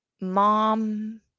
mom